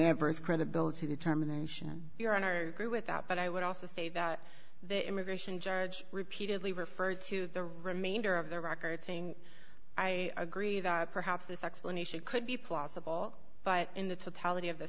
adverse credibility determination your honor grew with that but i would also say that the immigration judge repeatedly referred to the remainder of the record saying i agree that perhaps this explanation could be plausible but in the t